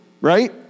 right